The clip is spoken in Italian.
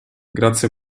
grazie